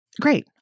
Great